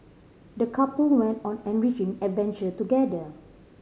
the couple went on an enriching adventure together